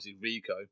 Rico